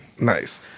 nice